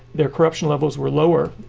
their corruption levels were lower.